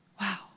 Wow